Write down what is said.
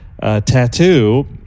Tattoo